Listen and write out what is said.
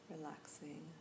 Relaxing